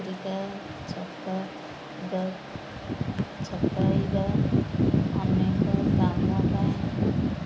ପତ୍ରିକା ଛପା ଛପାଇଯାଇ ଅନେକ ଦାମ ପାଇଁ